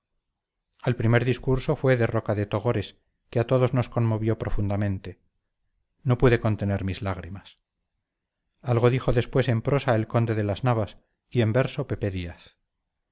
el primer discurso fue de roca de togores que a todos nos conmovió profundamente no pude contener mis lágrimas algo dijo después en prosa el conde de las navas y en verso pepe díaz